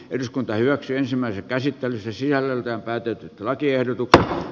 eduskunta hyväksyi ensimmäisen käsipelissä sijalle päätynyt lakiehdotukseen